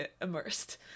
immersed